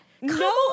No